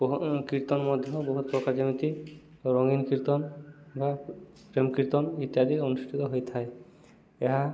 କୀର୍ତ୍ତନ ମଧ୍ୟ ବହୁତ ପ୍ରକାର ଯେମିତି ରଙ୍ଗୀନ କୀର୍ତ୍ତନ ବା ପ୍ରେମ କୀର୍ତ୍ତନ ଇତ୍ୟାଦି ଅନୁଷ୍ଠିତ ହୋଇଥାଏ ଏହା